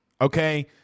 okay